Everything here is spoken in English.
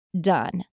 done